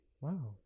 wow